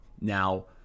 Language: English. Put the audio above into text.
Now